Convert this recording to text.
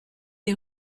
est